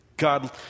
God